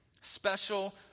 special